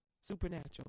Supernatural